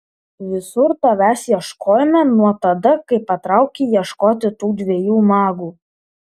visur tavęs ieškojome nuo tada kai patraukei ieškoti tų dviejų magų